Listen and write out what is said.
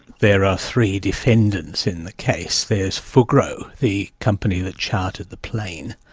there are three defendants in the case there's fugro, the company that chartered the plane,